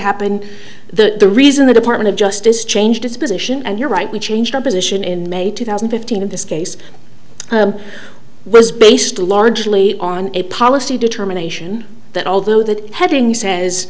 happen the reason the department of justice changed its position and you're right we changed our position in may two thousand fifteen in this case was based largely on a policy determination that although the heading says